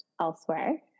elsewhere